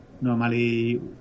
Normally